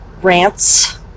rants